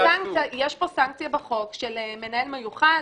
יש פה סנקציה בחוק של מנהל מיוחד